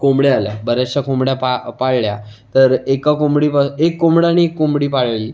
कोंबड्या आल्या बऱ्याचशा कोंबड्या पा पाळल्या तर एका कोंबडीमागं एक कोंबडा आणि एक कोंबडी पाळली